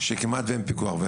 שכמעט ואין פיקוח.